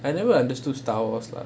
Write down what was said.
I never understood star wars lah